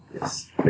Yes